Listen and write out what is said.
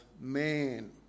man